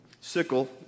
sickle